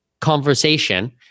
conversation